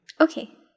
Okay